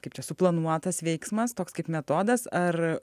kaip čia suplanuotas veiksmas toks kaip metodas ar